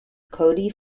cody